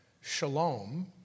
shalom